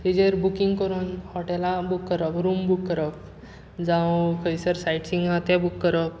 ताजेर बुकींग करून हॉटेलां बूक करप रूम बूक करप जावं खंयसर सायटसींग आसा तें बूक करप